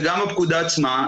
וגם הפקודה עצמה,